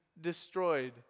destroyed